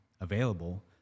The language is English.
available